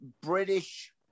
British